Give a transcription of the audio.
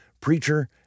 Preacher